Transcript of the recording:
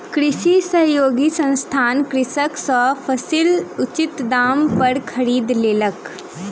कृषि सहयोगी संस्थान कृषक सॅ फसील उचित दाम पर खरीद लेलक